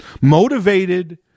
motivated